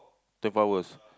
twelve hours